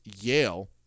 Yale